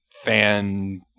fan